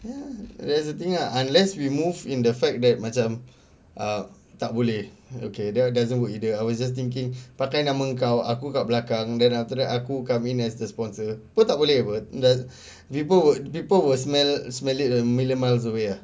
um that's the thing lah unless we move in the fact that macam err tak boleh okay that doesn't work either I was just thinking pakai nama kau aku kat belakang then after that aku come in as the sponsor pun tak boleh apa people will people will smell smell it a million miles away ah